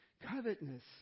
covetousness